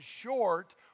short